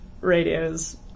Radio's